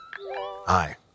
Hi